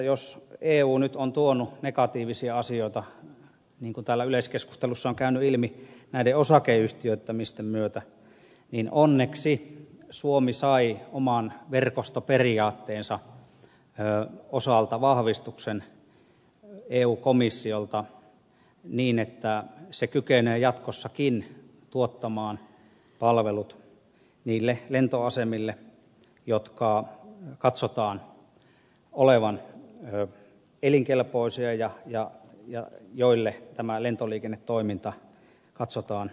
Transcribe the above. jos eu nyt on tuonut negatiivia asioita niin kuin täällä yleiskeskustelussa on käynyt ilmi näiden osakeyhtiöittämisten myötä niin onneksi suomi sai oman verkostoperiaatteensa osalta vahvistuksen eu komissiolta niin että se kykenee jatkossakin tuottamaan palvelut niille lentoasemille joiden katsotaan olevan elinkelpoisia ja joille lentoliikennetoiminta katsotaan elintärkeäksi